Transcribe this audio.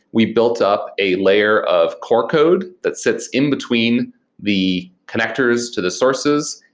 we built up a layer of core code that sits in between the connectors to the sources,